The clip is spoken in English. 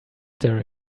there